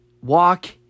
walk